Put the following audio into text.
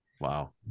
Wow